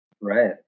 Right